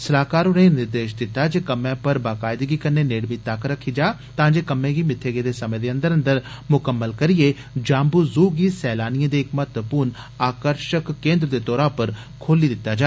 सलाहकार होरें निर्देश दिता जे कम्मै पर बाकायदगी कन्नै नेड़मी तक्क रखी जा तां जे कम्मै गी मित्थे गेदे समे दे अंदर अंदर मुकम्मल करियै जाम्बू ज़ू गी सैलानियें दे इक महत्वपूर्ण केन्द्र दे तौरा पर खोली दिता जा